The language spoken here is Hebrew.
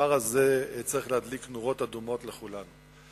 הדבר הזה צריך להדליק נורות אדומות אצל כולנו.